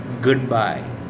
Goodbye